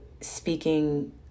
speaking